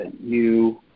new